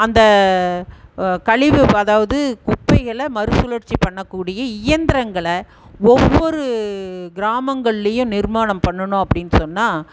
அந்த கழிவு அதாவது குப்பைகளை மறுசுழற்சி பண்ணக்கூடிய இயந்திரங்களை ஒவ்வொரு கிராமங்கள்லேயும் நிர்மாணம் பண்ணினோம் அப்படின்னு சொன்னால்